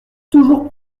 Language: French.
toujours